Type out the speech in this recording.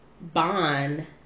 bond